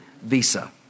visa